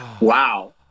Wow